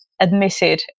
admitted